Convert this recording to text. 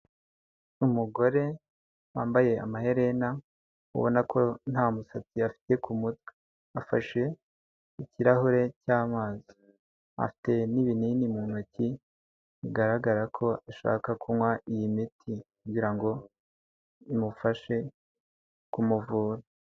Umugore wambaye amaherena ubona ko nta musatsi afite ku kumutwe, afashe ikirahure cy'amazi afite n'ibinini mu ntoki bigaragara ko ashaka kunywa iyi miti kugira ngo imufashe kumuvura.